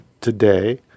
today